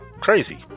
crazy